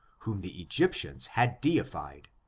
whom the egyptians had deified,